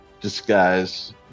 disguise